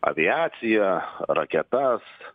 aviaciją raketas